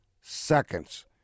seconds